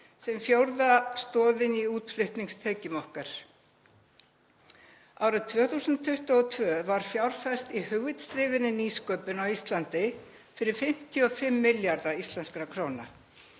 sem fjórða stoðin í útflutningstekjum okkar. Árið 2022 var fjárfest í hugvitsdrifinni nýsköpun á Íslandi fyrir 55 milljarða íslenskra króna.